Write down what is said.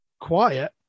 quiet